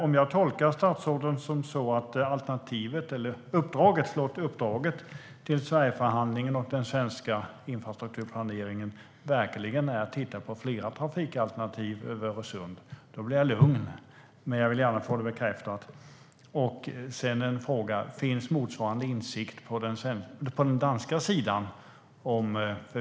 Om jag tolkar statsrådet så att uppdraget till Sverigeförhandlingen och den svenska infrastrukturplaneringen är att titta på flera trafikalternativ över Öresund blir jag lugn, men jag vill gärna få det bekräftat. Jag vill också fråga om det finns motsvarande insikt på den danska sidan.